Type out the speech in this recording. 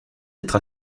être